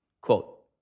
Quote